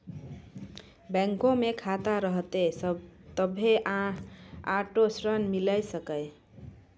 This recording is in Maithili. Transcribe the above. बैंको मे खाता रहतै तभ्भे आटो ऋण मिले सकै